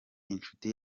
inshuti